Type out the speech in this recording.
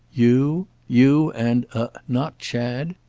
you? you and a not chad?